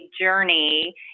journey